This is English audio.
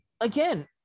again